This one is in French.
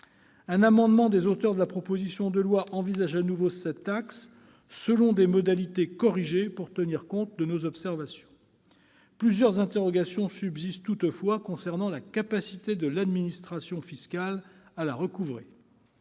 Un amendement des auteurs de la proposition de loi tend à réintroduire cette taxe dans le texte, mais selon des modalités corrigées, pour tenir compte de nos observations. Plusieurs interrogations subsistent toutefois concernant la capacité de l'administration fiscale à la recouvrer.